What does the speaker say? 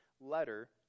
letter